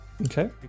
okay